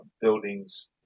buildings